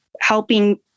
helping